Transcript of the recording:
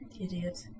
Idiot